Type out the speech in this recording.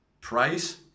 price